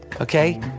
okay